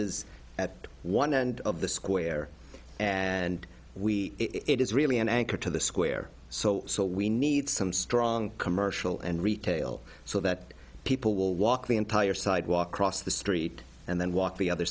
is at one end of the square and we it is really an anchor to the square so what we need some strong commercial and retail so that people will walk the entire sidewalk across the street and then walk the other